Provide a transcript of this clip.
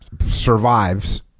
survives